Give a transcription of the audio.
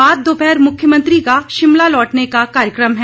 बाद दोपहर मुख्यमंत्री का शिमला लौटने का कार्यक्रम है